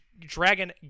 Dragon